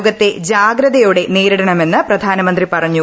രോഗത്തെ ജാഗ്രതയോടെ നേരിടണമെന്ന് പ്രധാനമന്ത്രി പറഞ്ഞു